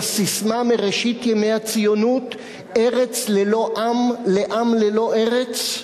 את הססמה מראשית הציונות: ארץ ללא עם לעם ללא ארץ?